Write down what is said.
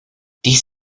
dies